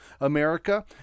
America